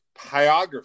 pyography